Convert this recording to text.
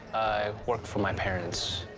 work for my parents.